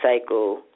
cycle